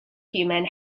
human